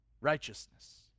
righteousness